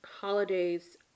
holidays